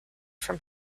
from